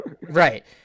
Right